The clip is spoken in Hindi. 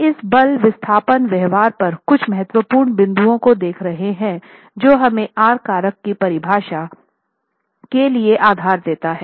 हम इस बल विस्थापन व्यवहार पर कुछ महत्वपूर्ण बिंदुओं को देख रहे हैं जो हमें R कारक की परिभाषा के लिए आधार देता है